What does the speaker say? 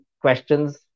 questions